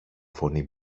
φωνή